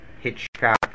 Hitchcock